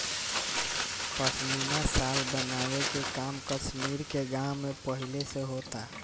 पश्मीना शाल बनावे के काम कश्मीर के गाँव में पहिले से होता